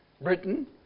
Britain